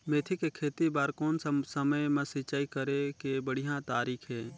मेथी के खेती बार कोन सा समय मां सिंचाई करे के बढ़िया तारीक हे?